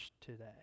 today